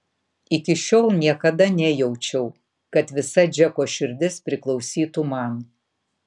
iki šiol niekada nejaučiau kad visa džeko širdis priklausytų man